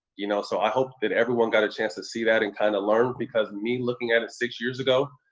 you know? so i hope that everyone got a chance to see that and kinda learn because me looking at it six years ago,